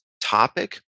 topic